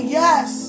yes